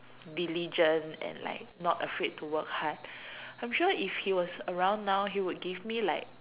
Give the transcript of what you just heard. diligent and like not afraid to work hard I'm sure if he was around now he would give me like